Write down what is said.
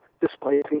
Displacing